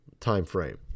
timeframe